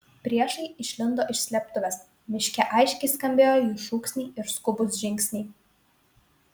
priešai išlindo iš slėptuvės miške aiškiai skambėjo jų šūksniai ir skubūs žingsniai